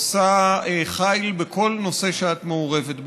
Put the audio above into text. עושה חיל בכל נושא שאת מעורבת בו,